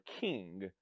king